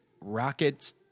rockets